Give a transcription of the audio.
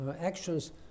actions